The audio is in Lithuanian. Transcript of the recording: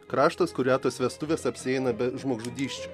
kraštas kur retos vestuvės apsieina be žmogžudysčių